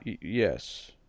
Yes